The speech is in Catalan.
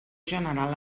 general